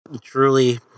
Truly